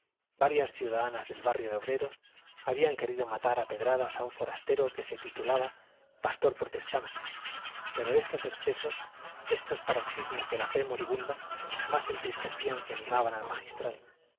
varias ciudadanas del barrio de obreros habían querido matar a pedradas a un forastero que se titulaba pastor protestante pero estos excesos estos paroxismos de la fe moribunda más entristecían que animaban al magistral no